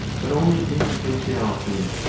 but only in potentiality.